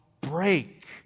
break